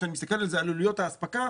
כשאני מסתכל על עלויות האספקה,